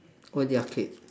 oh the arcade